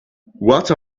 what